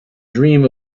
dream